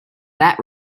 that